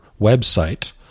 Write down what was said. website